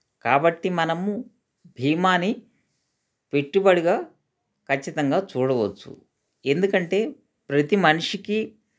కాబట్టి మనము బీమాని పెట్టుబడిగా ఖచ్చితంగా చూడవచ్చు ఎందుకంటే ప్రతి మనిషికి